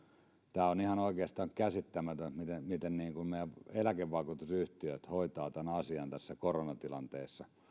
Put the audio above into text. tämä on oikeastaan ihan käsittämätöntä miten miten meidän eläkevakuutusyhtiöt hoitavat tämän asian tässä koronatilanteessa